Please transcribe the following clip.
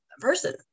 person